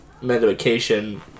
medication